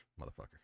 motherfucker